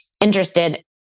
interested